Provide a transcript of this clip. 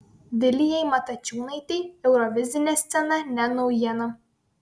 vilijai matačiūnaitei eurovizinė scena ne naujiena